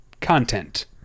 content